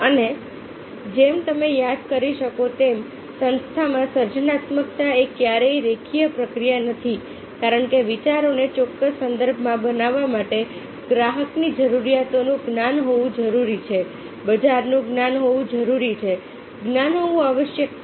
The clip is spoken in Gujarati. અને જેમ તમે યાદ કરી શકો તેમ સંસ્થામાં સર્જનાત્મકતા એ ક્યારેય રેખીય પ્રક્રિયા નથી કારણ કે વિચારોને ચોક્કસ સંદર્ભમાં બનાવવા માટે ગ્રાહકની જરૂરિયાતોનું જ્ઞાન હોવું જરૂરી છે બજારનું જ્ઞાન હોવું જરૂરી છે જ્ઞાન હોવું આવશ્યક છે